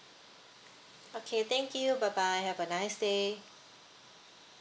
okay thank you bye bye have a nice day